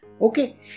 Okay